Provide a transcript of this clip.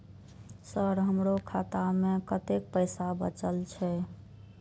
Sir हमरो खाता में कतेक पैसा बचल छे?